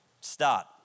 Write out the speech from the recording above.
start